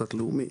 ובקבוצת לאומי